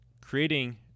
creating